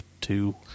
two